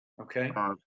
Okay